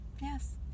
Yes